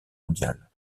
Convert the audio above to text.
mondiale